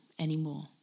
anymore